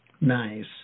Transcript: nice